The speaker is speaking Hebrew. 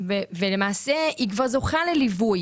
ולמעשה היא כבר זוכה לליווי